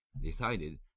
decided